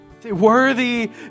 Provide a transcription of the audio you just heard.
Worthy